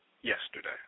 yesterday